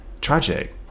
tragic